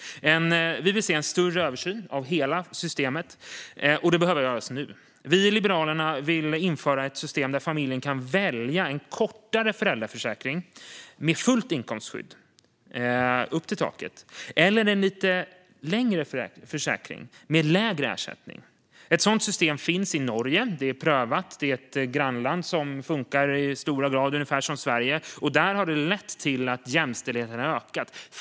Vi vill se en större översyn av hela systemet, och den behöver göras nu. Vi i Liberalerna vill införa ett system där familjen kan välja antingen en kortare föräldraförsäkring med fullt inkomstskydd, upp till taket, eller en lite längre försäkring med lägre ersättning. Ett sådant system finns i Norge, så det är prövat i ett grannland som funkar i stora drag som Sverige. Där har det lett till att jämställdheten har ökat.